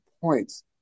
points